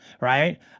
Right